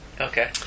Okay